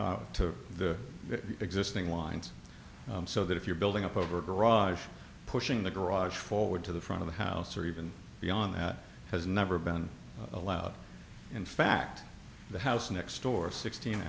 to the existing lines so that if you're building up over a garage pushing the garage forward to the front of the house or even beyond that has never been allowed in fact the house next door sixteen